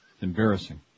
Embarrassing